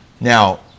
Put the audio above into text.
Now